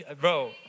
Bro